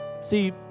see